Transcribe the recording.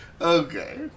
Okay